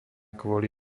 kvôli